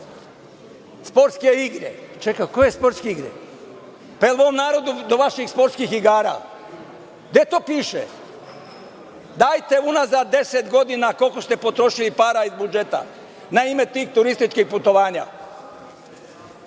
sportske igre. Čekaj, a koje sportske igre? Jel ovom narodu do vaših sportskih igara? Gde to piše? Dajte unazad deset godina koliko ste potrošili para iz budžeta na ime tih turističkih putovanja. Što